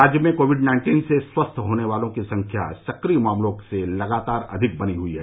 राज्य में covid nineteen से स्वस्थ होने वालों की संख्या सक्रिय मामलों से लगातार अधिक बनी हुयी है